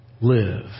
Live